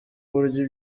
uburyo